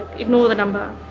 ignore the number.